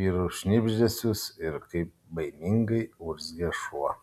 vyrų šnibždesius ir kaip baimingai urzgia šuo